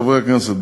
חברי הכנסת,